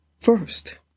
first